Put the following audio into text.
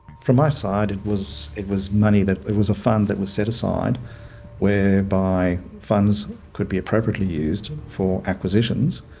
from my side it was, it was money that there was a fund that was set aside whereby funds could be appropriately used for acquisitions,